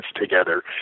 together